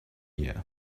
year